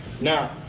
Now